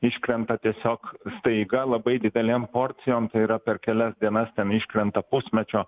iškrenta tiesiog staiga labai didelėm porcijom tai yra per kelias dienas ten iškrenta pusmečio